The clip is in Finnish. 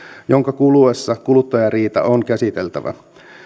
jonka kuluessa kuluttajariita on käsiteltävä